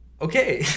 okay